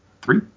three